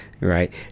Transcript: right